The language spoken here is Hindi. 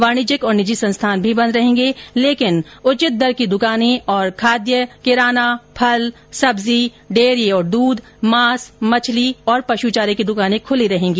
वाणिज्यिक और निजी संस्थान भी बंद रहेंगे लेकिन उचित दर की दुकानें और खाद्य किराना फल सब्जी डेयरी और दूध मांस मछली और पशु चारे की दुकानें खुली रहेंगी